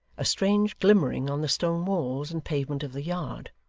a strange glimmering on the stone walls and pavement of the yard.